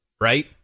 Right